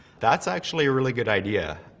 that's actually a really good idea.